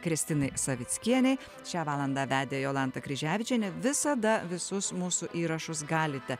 kristinai savickienei šią valandą vedė jolanta kryževičienė visada visus mūsų įrašus galite